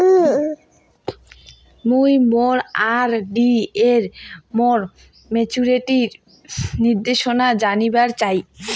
মুই মোর আর.ডি এর মোর মেচুরিটির নির্দেশনা জানিবার চাই